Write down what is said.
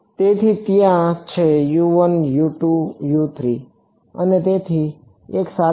તેથી ત્યાં છે અને તેથી એક સાચું